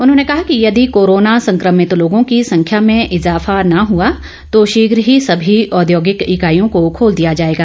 उन्होंने कहा कि यदि कोरोना संक्रमित लोगों की संख्या में इजाफा न हुआ तो शीघ ही सभी औद्योगिक इकाईयों को खोल दिया जाएगा